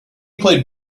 played